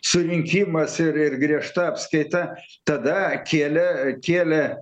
surinkimas ir ir griežta apskaita tada kėlė kėlė